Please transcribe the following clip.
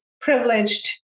privileged